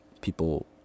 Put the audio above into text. people